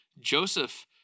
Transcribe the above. Joseph